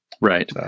Right